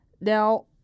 Now